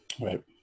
Right